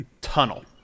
tunnel